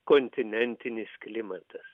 kontinentinis klimatas